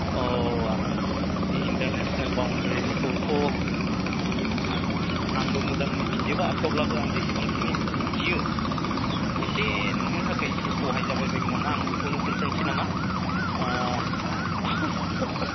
औ इन्टारनेसनेल बाउण्डारिनिखौथ' आंबो मोजां मिथिजोबा थेवब्लाबो आं जेसेबांखिनि मिथियो एसे नोंनो थाखाय एसे सहाय जाबाय बायगोन नामा आं बेखौनो खोन्थानोसै नामा